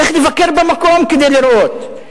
צריך לבקר במקום כדי לראות.